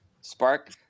Spark